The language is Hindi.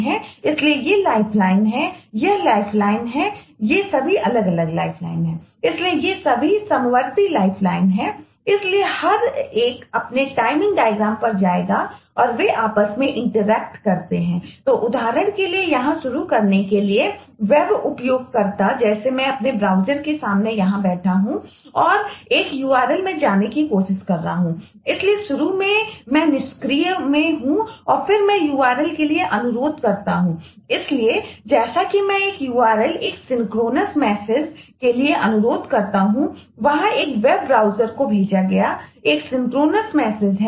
इसलिए ये सभी समवर्ती लाइफलाइन हैं